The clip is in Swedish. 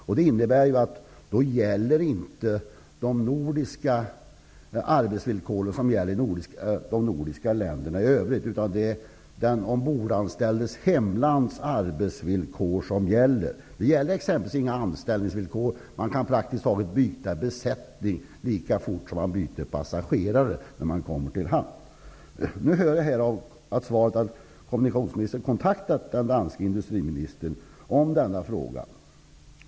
Det innebär att de arbetsvillkor som gäller i de nordiska länderna i övrigt inte gäller här, utan det är den ombordanställdes hemlands arbetsvillkor som gäller. Det finns exempelvis ingen anställningstrygghet. Man kan byta besättning praktiskt taget lika fort som man byter passagerare när man kommer i hamn. Nu hör jag av svaret att kommunikationsministern har kontaktat den danske industriministern om denna fråga.